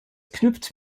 knüpft